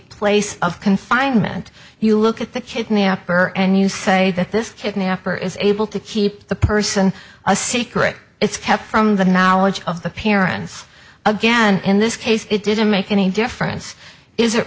place of confinement you look at the kidnapper and you say that this kidnapper is able to keep the person a secret it's kept from the knowledge of the parents again in this case it didn't make any difference is it